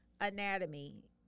anatomy